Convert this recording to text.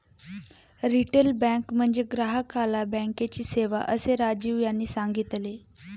retail bank म्हणजे ग्राहकाला बँकेची सेवा, असे राजीव यांनी सांगितले